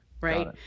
right